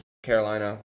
Carolina